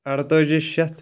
اَرتٲجی شَتھ